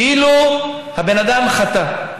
כאילו הבן אדם חטא.